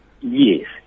Yes